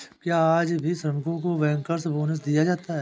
क्या आज भी श्रमिकों को बैंकर्स बोनस दिया जाता है?